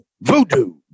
Voodoo